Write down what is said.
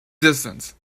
distance